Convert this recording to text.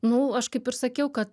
nu aš kaip ir sakiau kad